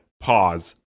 pause